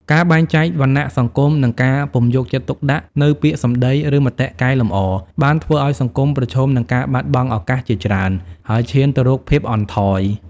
ការបែងចែកវណ្ណៈសង្គម និងការពុំយកចិត្តទុកដាក់នូវពាក្យសម្ដី ឬមតិកែលម្អបានធ្វើឲ្យសង្គមប្រឈមនឹងការបាត់បង់ឱកាសជាច្រើន ហើយឈានទៅរកភាពអន់ថយ។